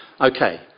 Okay